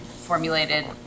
formulated